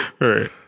right